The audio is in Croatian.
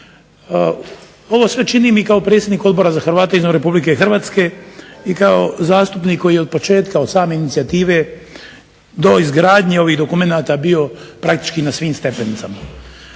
Ovo sve činim kao predsjednik Odbora za Hrvate izvan RH i kao zastupnik koji je od početka od same inicijative do izgradnje ovih dokumenata bio praktički na svim stepenicama.